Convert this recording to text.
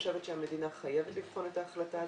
המדינה חייבת לבחון את ההחלטה הזאת,